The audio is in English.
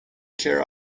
care